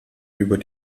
über